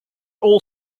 all